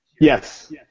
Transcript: Yes